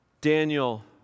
Daniel